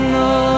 no